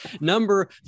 number